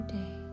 day